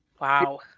Wow